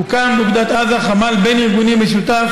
הוקם באוגדת עזה חמ"ל בין-ארגוני משותף